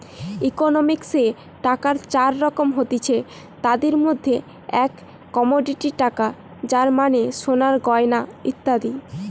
ইকোনমিক্সে টাকার চার রকম হতিছে, তাদির মধ্যে এক কমোডিটি টাকা যার মানে সোনার গয়না ইত্যাদি